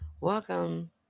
Welcome